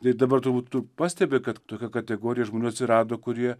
tai dabar turbūt tu pastebi kad tokia kategorija žmonių atsirado kurie